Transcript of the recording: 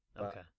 okay